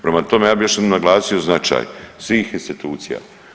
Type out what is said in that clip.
Prema tome ja bih još jednom naglasio značaj svih institucija.